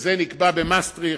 שנקבע במסטריכט.